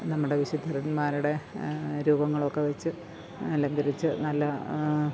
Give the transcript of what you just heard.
നമ്മളുടെ വിശുദ്ധന്മാരുടെ രൂപങ്ങളുമൊക്കെ വെച്ച് അലങ്കരിച്ച് നല്ല